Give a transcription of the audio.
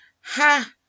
Ha